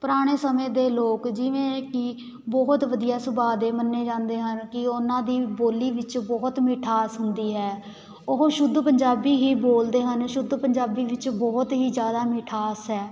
ਪੁਰਾਣੇ ਸਮੇਂ ਦੇ ਲੋਕ ਜਿਵੇਂ ਕਿ ਬਹੁਤ ਵਧੀਆ ਸੁਭਾਅ ਦੇ ਮੰਨੇ ਜਾਂਦੇ ਹਨ ਕਿ ਉਹਨਾਂ ਦੀ ਬੋਲੀ ਵਿੱਚ ਬਹੁਤ ਮਿਠਾਸ ਹੁੰਦੀ ਹੈ ਉਹ ਸ਼ੁੱਧ ਪੰਜਾਬੀ ਹੀ ਬੋਲਦੇ ਹਨ ਸ਼ੁੱਧ ਪੰਜਾਬੀ ਵਿੱਚ ਬਹੁਤ ਹੀ ਜ਼ਿਆਦਾ ਮਿਠਾਸ ਹੈ